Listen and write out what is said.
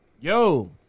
Yo